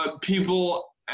people